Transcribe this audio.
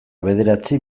bederatzi